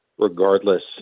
regardless